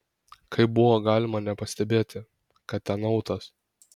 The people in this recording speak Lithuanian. kaip buvo galima nepastebėti kad ten autas